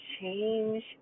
change